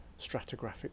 stratigraphic